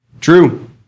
True